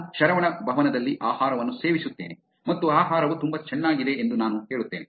ನಾನು ಶರವಣ ಭವನದಲ್ಲಿ ಆಹಾರವನ್ನು ಸೇವಿಸುತ್ತೇನೆ ಮತ್ತು ಆಹಾರವು ತುಂಬಾ ಚೆನ್ನಾಗಿದೆ ಎಂದು ನಾನು ಹೇಳುತ್ತೇನೆ